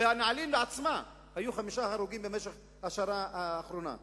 בנעלין עצמה היו חמישה הרוגים במשך השנה האחרונה.